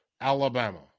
Alabama